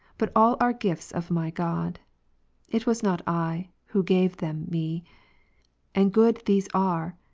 but all are gifts of my god it was not i, who gave them me and good these are,